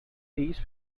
these